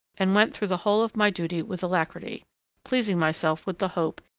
and went through the whole of my duty with alacrity pleasing myself with the hope,